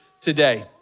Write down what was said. today